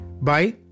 Bye